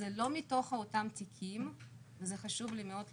זה לא מתוך אותם התיקים וחשוב לי מאוד להדגיש,